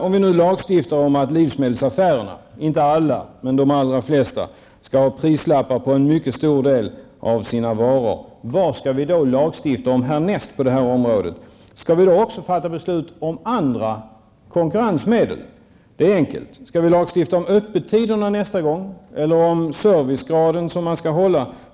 Om vi nu lagstiftar om att livsmedelsbutikerna, inte alla, men de allra flesta, skall ha prislappar på en mycket stor del av sina varor, vad skall vi då lagstifta om härnäst? Skall vi fatta beslut även om andra konkurrensmedel? Det är enkelt. Skall vi lagstifta om öppettiderna nästa gång eller om den servicegrad som butikerna skall hålla?